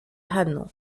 hano